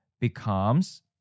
becomes